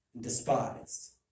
despised